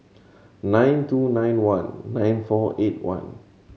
nine two nine one nine four eight one